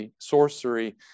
sorcery